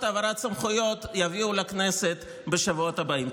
העברת סמכויות יביאו לכנסת בשבועות הבאים.